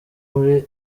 muri